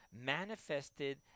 manifested